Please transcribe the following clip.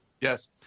Yes